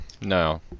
no